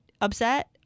upset